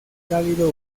cálido